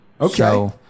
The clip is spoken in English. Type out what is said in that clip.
Okay